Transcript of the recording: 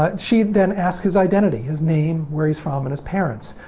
ah she then asks his identity, his name, where he's from, and his parents.